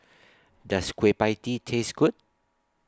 Does Kueh PIE Tee Taste Good